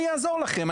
אני אעזור לכם,